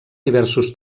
diversos